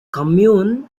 commune